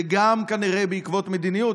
וגם כנראה בעקבות מדיניות,